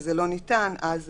כשזה לא ניתן, הם